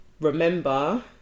remember